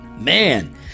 Man